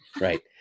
right